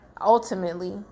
ultimately